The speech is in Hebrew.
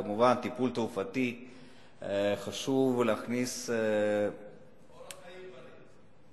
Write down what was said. כמובן, חשוב להכניס טיפול תרופתי, אורח חיים בריא.